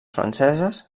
franceses